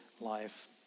life